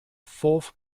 forth